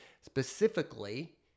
specifically